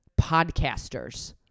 podcasters